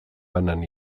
banan